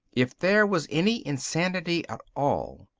if there was any insanity at all,